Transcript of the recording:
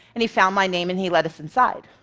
and he found my name, and he let us inside.